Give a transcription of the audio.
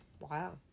Wow